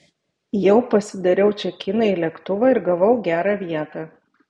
jau pasidariau čekiną į lėktuvą ir gavau gerą vietą